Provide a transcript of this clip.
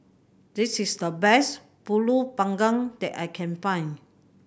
this is the best Pulut Panggang that I can find